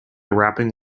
wrapping